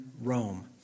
Rome